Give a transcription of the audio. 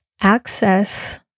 access